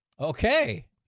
Okay